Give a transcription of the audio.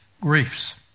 griefs